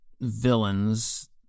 villains